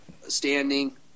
standing